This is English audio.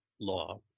law